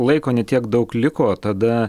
laiko ne tiek daug liko tada